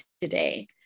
today